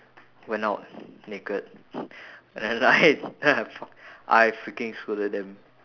went out naked and then like then I fuc~ I freaking scolded them